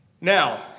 Now